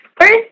first